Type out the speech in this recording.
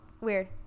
Weird